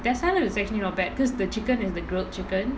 their salad is actually not bad because the chicken is the grilled chicken